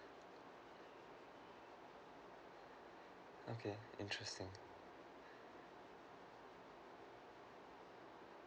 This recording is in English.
okay interesting